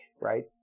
right